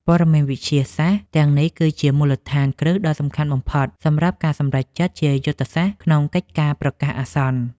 ព័ត៌មានវិទ្យាសាស្ត្រទាំងនេះគឺជាមូលដ្ឋានគ្រឹះដ៏សំខាន់បំផុត សម្រាប់ការសម្រេចចិត្តជាយុទ្ធសាស្ត្រក្នុងកិច្ចការប្រកាសអាសន្ន។